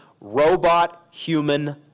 robot-human